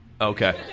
Okay